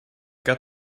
got